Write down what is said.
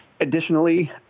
additionally